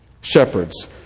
shepherds